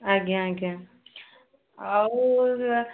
ଆଜ୍ଞା ଆଜ୍ଞା ଆଉ